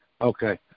Okay